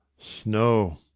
snow,